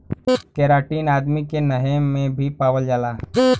keratin आदमी के नहे में भी पावल जाला